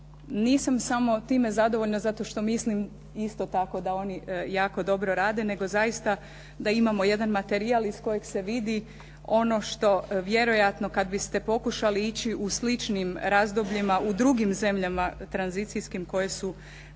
Nisam samo time zadovoljna zato što mislim isto tako da oni jako dobro rade, nego zaista da imamo jedan materijal iz kojeg se vidi ono što vjerojatno kad biste pokušali ići u sličnim razdobljima u drugim zemljama tranzicijskim koje su pristupale